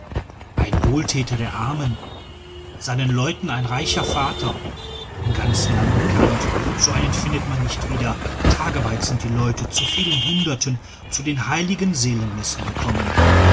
ein wohltäter der armen seinen leuten ein reiner vater im ganzen land bekannt so einen findet man nicht wieder tageweit sind die leute zu vielen hunderten zu den heiligen seelenmessen gekommen